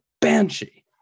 banshee